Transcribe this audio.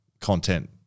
content